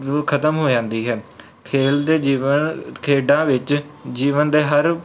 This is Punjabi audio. ਵੀ ਖ਼ਤਮ ਹੋ ਜਾਂਦੀ ਹੈ ਖੇਡਦੇ ਜੀਵਨ ਖੇਡਾਂ ਵਿੱਚ ਜੀਵਨ ਦੇ ਹਰ